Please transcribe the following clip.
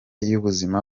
y’ubuzima